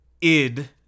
id